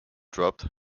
dropped